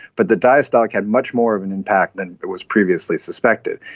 but the diastolic had much more of an impact than was previously suspected.